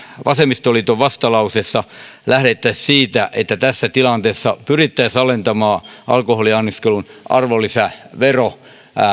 vasemmistoliiton vastalauseessa lähdettäisiin siitä että tässä tilanteessa pyrittäisiin alentamaan alkoholin anniskelun arvonlisävero